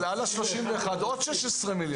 אבל על ה-31 עוד 16 מיליון.